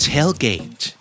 Tailgate